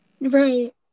Right